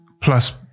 plus